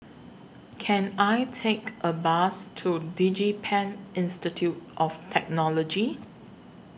Can I Take A Bus to Digipen Institute of Technology